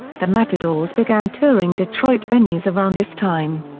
the matadors began touring detroit venues around this time.